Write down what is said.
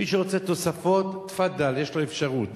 מי שרוצה תוספות, תפאדל, יש לו אפשרות.